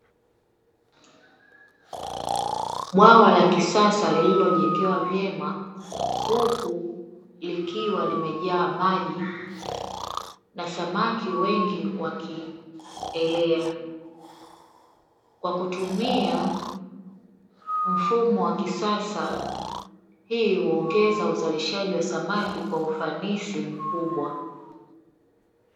Bwala la kisasa lililojengewa vyema huku likiwa limejaa maji na samaki wengi wakielea, kwa kutumia mfumo wa kisasa. Hii huongeza uzalishaji wa samaki kwa ufanisi mkubwa.